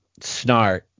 Snart